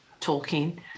Tolkien